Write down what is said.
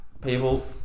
people